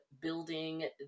building